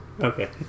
Okay